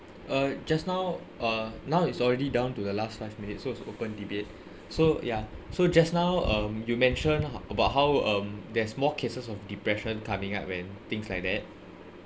uh just now uh now is already down to the last five minutes so it's open debate so ya so just now um you mentioned about how um there's more cases of depression coming up when things like that